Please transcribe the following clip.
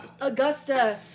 Augusta